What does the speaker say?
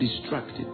distracted